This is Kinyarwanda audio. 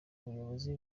ubuyobozi